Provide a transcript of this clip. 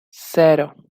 cero